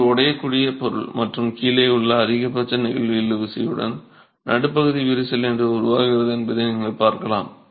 இது ஒரு உடையக்கூடிய பொருள் மற்றும் கீழே உள்ள அதிகபட்ச நெகிழ்வு இழுவிசையுடன் நடுப்பகுதி விரிசல் எவ்வாறு உருவாகிறது என்பதை நீங்கள் பார்க்கலாம்